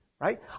right